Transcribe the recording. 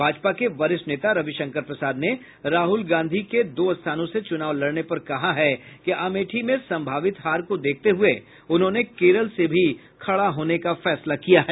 भाजपा के वरिष्ठ नेता रविशंकर प्रसाद ने राहुल गांधी के दो स्थानों से चुनाव लड़ने पर कहा है कि अमेठी में सम्भावित हार को देखते हुये उन्होंने केरल से भी खड़ा होने का फैसला किया है